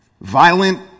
Violent